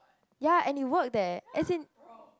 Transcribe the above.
ya and it worked eh as in